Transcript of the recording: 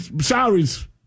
salaries